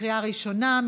בקריאה הראשונה.